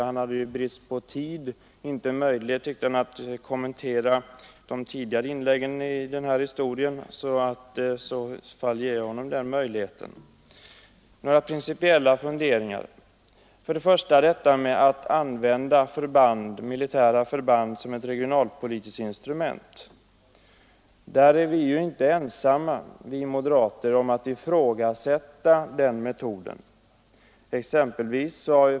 Han hade ju i brist på tid inte möjlighet, tyckte han, att kommentera de tidigare inläggen i detta ärende. De principiella funderingar jag har är följande: 1. När det gäller användandet av militära förband som ett regionalpolitiskt instrument är vi moderater inte ensamma om att ifrågasätta den metoden.